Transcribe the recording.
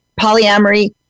polyamory